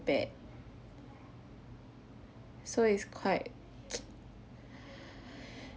bad so it's quite